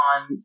on